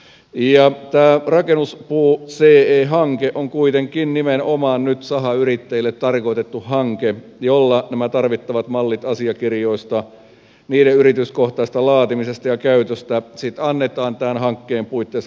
tämä rakennuspuuce hanke on kuitenkin nimenomaan nyt sahayrittäjille tarkoitettu hanke jossa näistä tarvittavista asiakirjoista niiden yrityskohtaisesta laatimisesta ja käytöstä annetaan tämän hankkeen puitteissa koulutusta